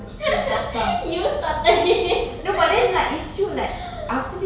you started it